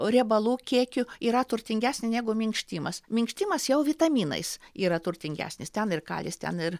riebalų kiekiu yra turtingesnė negu minkštimas minkštimas jau vitaminais yra turtingesnis ten ir kalis ten ir